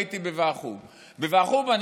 הייתי בוועדת חוץ וביטחון.